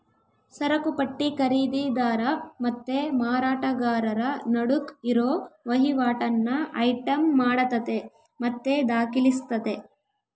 ಸರಕುಪಟ್ಟಿ ಖರೀದಿದಾರ ಮತ್ತೆ ಮಾರಾಟಗಾರರ ನಡುಕ್ ಇರೋ ವಹಿವಾಟನ್ನ ಐಟಂ ಮಾಡತತೆ ಮತ್ತೆ ದಾಖಲಿಸ್ತತೆ